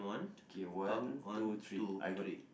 okay one two three I got